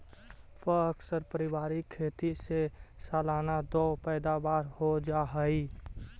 प्अक्सर पारिवारिक खेती से सालाना दो पैदावार हो जा हइ